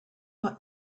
ought